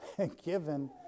Given